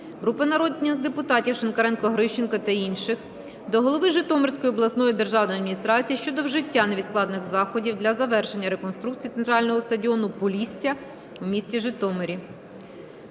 Групи народних депутатів (Пушкаренка, Грищенко та інших) до голови Житомирської обласної державної адміністрації щодо вжиття невідкладних заходів для завершення реконструкції центрального стадіону "Полісся" у місті Житомирі.